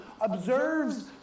observes